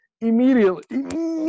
immediately